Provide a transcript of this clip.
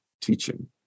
teaching